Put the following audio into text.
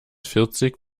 vierzig